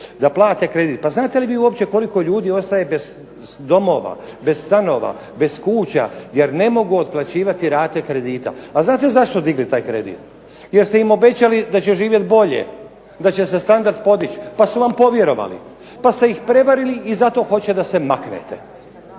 da plate kredit. Pa znate li vi uopće koliko ljudi ostaje bez domova, bez stanova, bez kuća jer ne mogu otplaćivati rate kredita? A znate zašto su digli taj kredit? Jer ste im obećali da će živjeti bolje, da će se standard podići pa su vam povjerovali. Pa ste ih prevarili i zato hoće da se maknete.